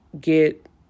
get